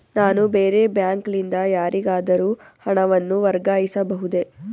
ನಾನು ಬೇರೆ ಬ್ಯಾಂಕ್ ಲಿಂದ ಯಾರಿಗಾದರೂ ಹಣವನ್ನು ವರ್ಗಾಯಿಸಬಹುದೇ?